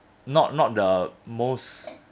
not not the most